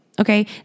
okay